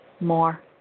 more